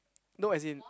no as in